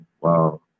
wow